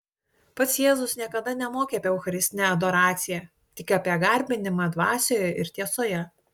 pats jėzus niekada nemokė apie eucharistinę adoraciją tik apie garbinimą dvasioje ir tiesoje